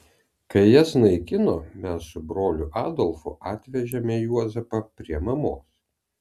kai jas naikino mes su broliu adolfu atvežėme juozapą prie mamos